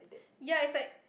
ya it's like